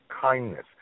kindness